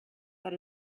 that